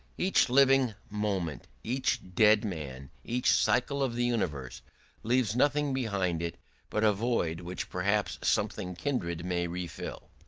each living moment, each dead man, each cycle of the universe leaves nothing behind it but a void which perhaps something kindred may refill.